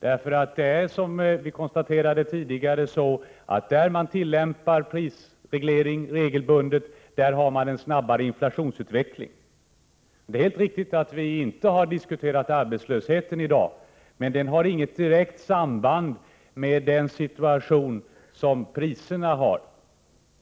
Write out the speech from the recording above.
Som vi tidigare konstaterade har ju de länder där man regelbundet tillämpar prisreglering en snabbare inflationsutveckling. Det är helt riktigt att vi inte har diskuterat arbetslösheten i dag. Men den har inget direkt samband med den situation som gäller beträffande priserna.